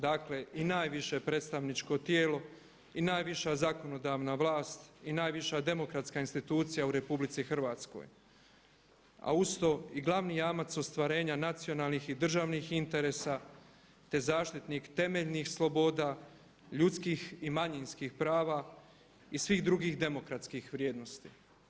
Dakle i najviše predstavničko tijelo i najviša zakonodavna vlast i najviša demokratska institucija u Republici Hrvatskoj, a uz to i glavni jamac ostvarenja nacionalnih i državnih interesa, te zaštitnik temeljnih sloboda, ljudskih i manjinskih prava i svih drugih demokratskih vrijednosti.